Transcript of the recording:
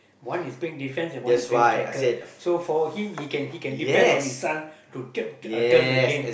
one is pink defense and one is pink striker so for him he can he can depend on this one to turn to turn the game